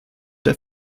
der